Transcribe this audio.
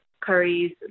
curries